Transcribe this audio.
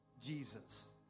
Jesus